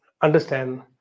understand